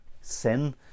sin